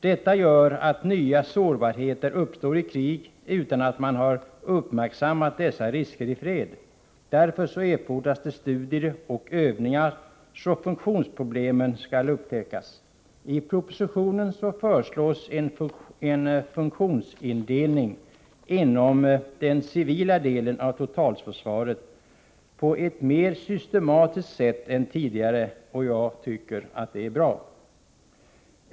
Detta gör att nya sårbarheter uppstår i krig utan att man har uppmärksammat dessa risker i fred. Därför erfordras det studier och övningar för att funktionsproblemen skall upptäckas. I propositionen föreslås en funktionsindelning inom den civila delen av totalförsvaret på ett mer systematiskt sätt än tidigare. Jag tycker det är bra.